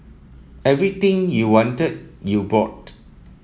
everything you wanted you bought